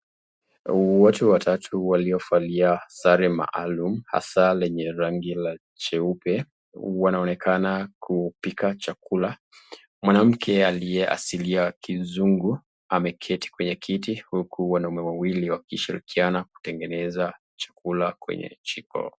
Watu watatu waliofalia sare maalum hasa lenye rangi la cheupe wanaonekana kupika chakula. Mwanamke aliye asili ya Kizungu ameketi kwenye kiti huku wanaume wawili wakishirikiana kutengeneza chakula kwenye jiko.